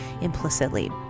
implicitly